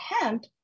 hemp